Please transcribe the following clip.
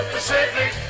Pacific